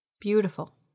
beautiful